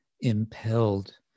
impelled